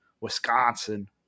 Wisconsin